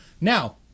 Now